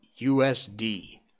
USD